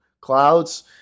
clouds